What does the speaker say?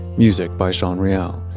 music by sean real.